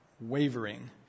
wavering